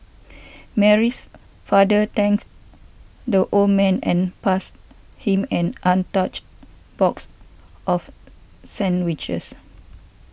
mary's father thanked the old man and passed him an untouched box of sandwiches